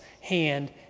hand